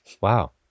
Wow